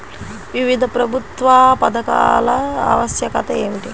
వివిధ ప్రభుత్వా పథకాల ఆవశ్యకత ఏమిటి?